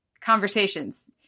conversations